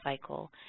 cycle